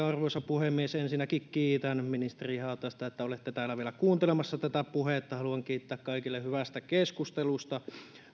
arvoisa puhemies ensinnäkin kiitän ministeri haataista että olette täällä vielä kuuntelemassa tätä puhetta haluan kiittää kaikkia hyvästä keskustelusta